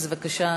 אז בבקשה,